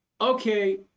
okay